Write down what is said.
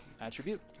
attribute